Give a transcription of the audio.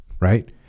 right